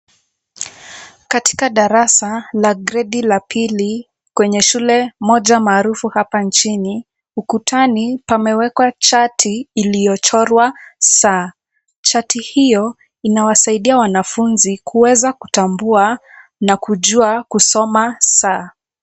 Katika darasa la gredi la pili, kwenye shule moja maarufu hapa nchini, ukutani pamewekwa chati iliyochorwa saa. Chati hiyo inawasaidia wanafunzi kuweza kutambua na kujua kusoma saa.